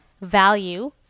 value